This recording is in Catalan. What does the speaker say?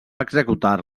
executar